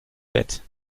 bett